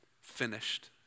finished